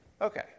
Okay